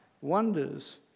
wonders